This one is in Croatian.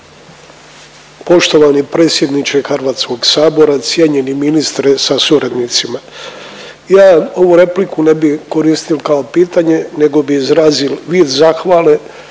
Poštovani predsjedniče Hrvatskog sabora, cijenjeni ministre sa suradnicima, ja ovu repliku ne bi koristio kao pitanje nego bi izrazio vid zahvale